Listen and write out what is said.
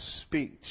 speech